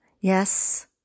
Yes